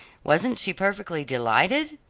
wasn't she perfectly delighted?